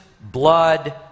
blood